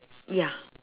ya